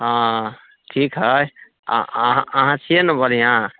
हँ ठीक है अहाँ अहाँ छियै ने बढ़िऑं